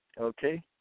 Okay